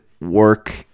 work